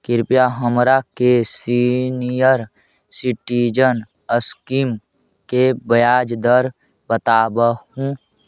कृपा हमरा के सीनियर सिटीजन स्कीम के ब्याज दर बतावहुं